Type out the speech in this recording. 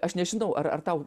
aš nežinau ar ar tau